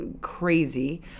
crazy